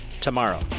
tomorrow